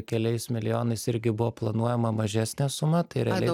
keliais milijonais irgi buvo planuojama mažesnė suma tai realiai